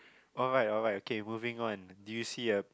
alright alright okay moving on do you see a